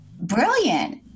brilliant